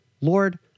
Lord